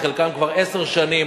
חלקן כבר עשר שנים,